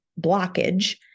blockage